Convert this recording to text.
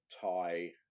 Thai